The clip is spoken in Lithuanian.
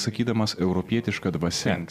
sakydamas europietiška dvasia